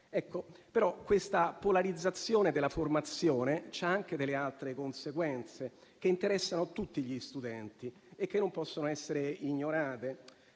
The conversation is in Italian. poco sviluppate. La polarizzazione della formazione ha anche altre conseguenze che interessano tutti gli studenti e che non possono essere ignorate.